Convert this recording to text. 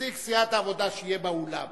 נציג סיעת העבודה שיהיה באולם